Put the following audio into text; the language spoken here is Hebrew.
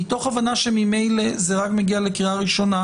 מתוך הבנה שממילא זה רק מגיע לקריאה ראשונה,